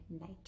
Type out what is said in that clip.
night